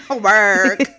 work